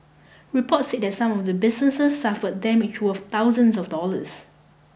reports said that some of the businesses suffer damage worth thousands of dollars